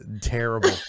terrible